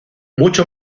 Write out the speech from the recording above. mucho